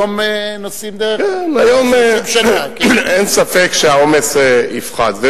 היום נוסעים דרך, אין ספק שהעומס יפחת.